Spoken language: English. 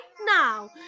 now